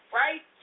right